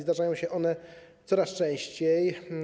Zdarzają się one coraz częściej.